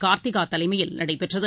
கார்த்திகாதலைமையில் நடைபெற்றது